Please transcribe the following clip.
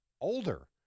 older